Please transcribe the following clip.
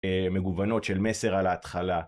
מגוונות של מסר על ההתחלה